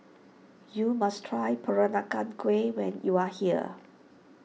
you must try Peranakan Kueh when you are here